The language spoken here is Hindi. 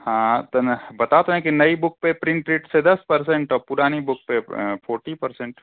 हाँ तो मैं बता तो रहे हैं कि नई बुक पर प्रिन्ट रेट से दस परसेंट और पुरानी बुक पर फॉर्टी परसेंट